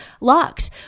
locked